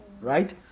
right